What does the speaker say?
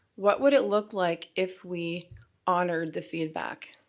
what would it look like if we honored the feedback?